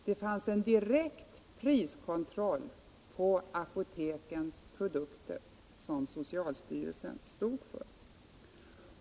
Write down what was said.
Då fanns det en direkt priskontroll på apoteksprodukter som socialstyrelsen stod för.